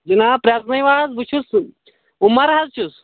جناب پرٛزٕنأوِو حظ بہٕ چھُس عُمر حظ چھُس